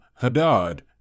Hadad